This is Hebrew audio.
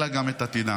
אלא גם את עתידם.